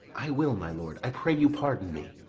i will, my lord i pray you pardon me.